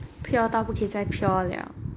pure 到不可以在 pure liao